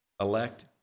elect